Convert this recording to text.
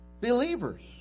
believers